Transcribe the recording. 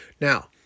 Now